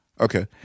Okay